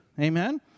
Amen